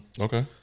Okay